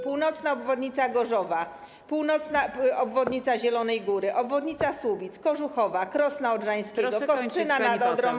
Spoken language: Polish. Północna obwodnica Gorzowa, południowa obwodnica Zielonej Góry, obwodnice Słubic, Kożuchowa, Krosna Odrzańskiego, Kostrzyna nad Odrą.